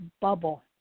bubble